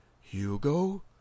hugo